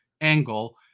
angle